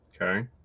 Okay